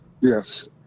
Yes